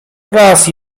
raz